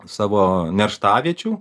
savo nerštaviečių